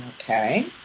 okay